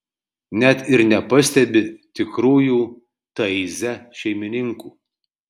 net ir nepastebi tikrųjų taize šeimininkų